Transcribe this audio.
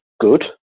good